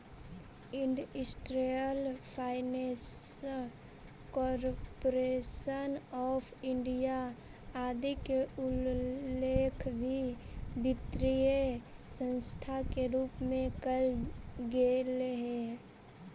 industrial finance corporation of India आदि के उल्लेख भी वित्तीय संस्था के रूप में कैल गेले हइ